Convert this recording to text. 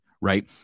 right